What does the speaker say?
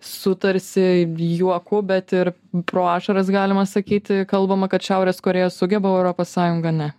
su tarsi juoku bet ir pro ašaras galima sakyti kalbama kad šiaurės korėja sugeba o europos sąjunga ne